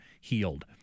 healed